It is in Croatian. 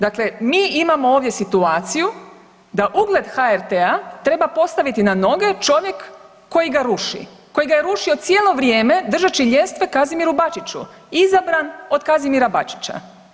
Dakle, mi imamo ovdje situaciju da ugled HRT-a treba postaviti na noge čovjek koji ga ruši, koji ga je rušio cijelo vrijeme držeći ljestve Kazimiru Bačiću, izabran od Kazimira Bačića.